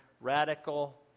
radical